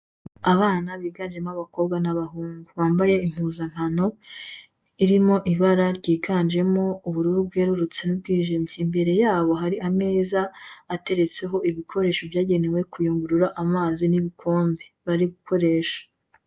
Abana biganjemo abakobwa n'abahungu. Bambaye impuzankano irimo ibara ryiganjemo ubururu bwerurutse n'ubwijimye. Imbere yabo hari ameza ateretseho ibikoresho byagenewe kuyungurura amazi n'ibikombe. Bari gukoresha.